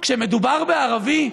כשמדובר בערבי,